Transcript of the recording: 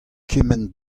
kement